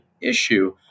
issue